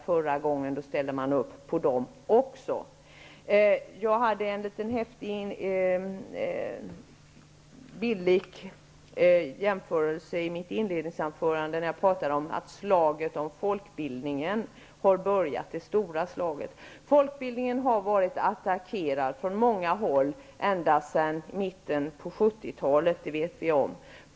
I mitt inledningsanförande gjorde jag en bildlik jämförelse när jag pratade om att det stora slaget om folkbildningen har börjat. Folkbildningen har varit attackerad från många håll sedan mitten av 70 talet. Det vet vi om.